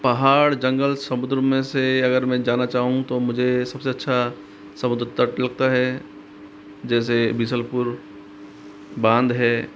पहाड़ जंगल समुद्र में से अगर मैं जाना चाहूँ तो मुझे सबसे अच्छा समुद्र तट लगता है जैसे बीसलपुर बाँध है